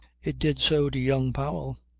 it did so to young powell.